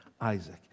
Isaac